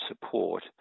support